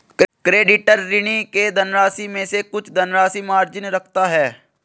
creditor, ऋणी के धनराशि में से कुछ धनराशि मार्जिन रखता है